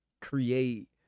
create